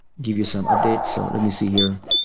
give you some updates. so, let me see here.